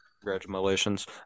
Congratulations